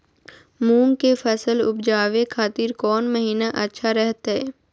मूंग के फसल उवजावे खातिर कौन महीना अच्छा रहतय?